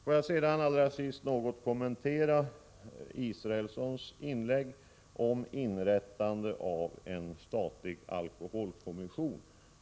Låt mig slutligen kommentera vad Per Israelsson sade om inrättande av en statlig alkoholkommission.